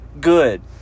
Good